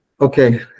Okay